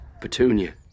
Petunia